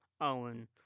Owen